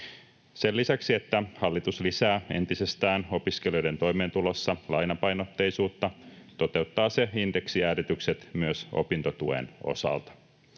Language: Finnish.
Sen lisäksi, että hallitus lisää entisestään opiskelijoiden toimeentulossa lainapainotteisuutta, toteuttaa se indeksijäädytykset myös opintotuen osalta.